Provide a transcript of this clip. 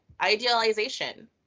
idealization